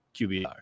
QBR